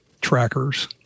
trackers